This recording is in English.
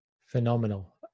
phenomenal